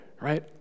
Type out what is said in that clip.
right